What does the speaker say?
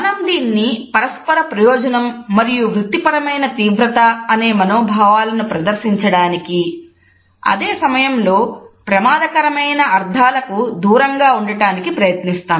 మనం దీన్ని పరస్పర ప్రయోజనం మరియు వృత్తిపరమైన తీవ్రత అనే మనోభావాలను ప్రదర్శించడానికి అదే సమయంలో ప్రమాదకరమైన అర్థాలకు దూరంగా ఉండటానికి ప్రయత్నిస్తాం